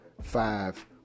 five